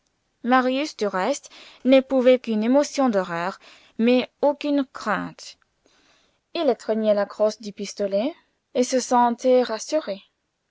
marius du reste n'éprouvait qu'une émotion d'horreur mais aucune crainte il étreignait la crosse du pistolet et se sentait rassuré